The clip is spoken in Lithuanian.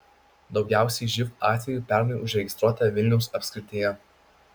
daugiausiai živ atvejų pernai užregistruota vilniaus apskrityje